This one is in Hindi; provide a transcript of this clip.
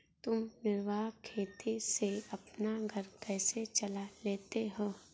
तुम निर्वाह खेती से अपना घर कैसे चला लेते हो?